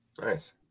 Nice